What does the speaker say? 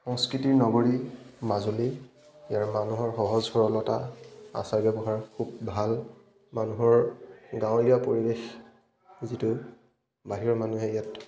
সংস্কৃতিৰ নগৰী মাজুলী ইয়াৰ মানুহৰ সহজ সৰলতা আচাৰ ব্যৱহাৰ খুব ভাল মানুহৰ গাঁৱলীয়া পৰিৱেশ যিটো বাহিৰৰ মানুহে ইয়াত